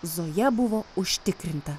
zoja buvo užtikrinta